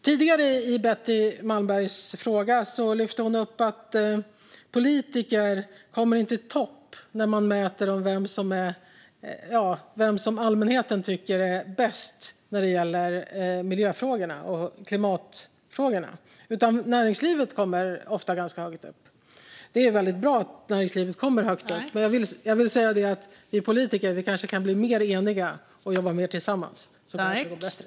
Tidigare i Betty Malmbergs replik lyfte hon upp att politiker inte kommer i topp när man mäter vem allmänheten tycker är bäst när det gäller miljöfrågorna och klimatfrågorna. Näringslivet kommer i stället ofta ganska högt upp. Det är väldigt bra att näringslivet kommer högt upp, men jag vill säga att vi politiker kanske kan bli mer eniga och jobba mer tillsammans - då kanske det går bättre.